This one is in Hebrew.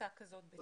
כקבוצה כזאת בצה"ל.